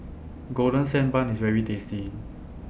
Golden Sand Bun IS very tasty